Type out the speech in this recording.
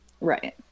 Right